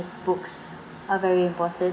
books are very important